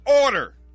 order